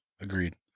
agreed